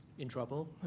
in trouble.